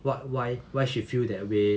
what why why she feel that way